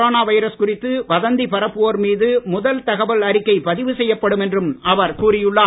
corona virus குறித்து வதந்தி பரப்புவோர் மீது முதல் தகவல் அறிக்கை பதிவு செய்யப்படும் என்றும் அவர் கூறியுள்ளார்